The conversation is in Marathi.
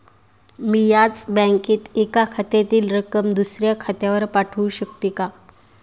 मी याच बँकेत एका खात्यातील रक्कम दुसऱ्या खात्यावर पाठवू शकते का?